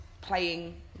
playing